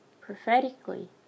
prophetically